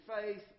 faith